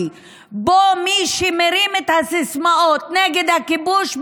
שבו מי שמרים את הסיסמאות נגד הכיבוש,